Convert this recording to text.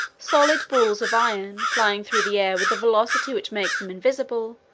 solid balls of iron, flying through the air with a velocity which makes them invisible,